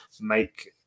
make